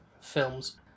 films